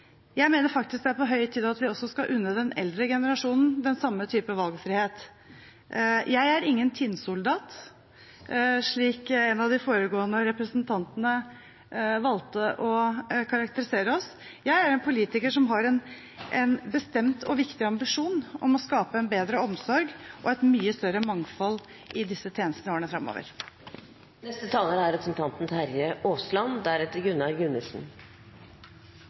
Jeg mener faktisk det er på høy tid at vi unner den eldre generasjonen den samme typen valgfrihet. Jeg er ingen tinnsoldat, slik en av de foregående representantene valgte å karakterisere oss. Jeg er en politiker som har en bestemt og viktig ambisjon om å skape en bedre omsorg og et mye større mangfold i disse tjenestene i årene